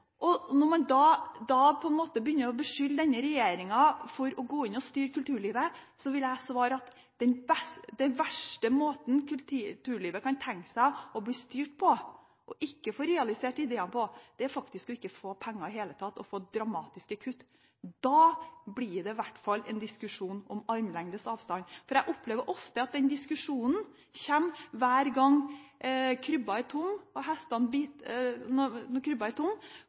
Når man begynner å beskylde denne regjeringa for å gå inn og styre kulturlivet, vil jeg svare at den verste måten kulturlivet kan tenke seg å bli styrt på og ikke få realisert sine ideer, er faktisk ikke å få penger i det hele tatt og få dramatiske kutt. Da blir det i hvert fall en diskusjon om armlengdes avstand. Jeg opplever at den diskusjonen kommer hver gang krybben er tom. Da får man en diskusjon om i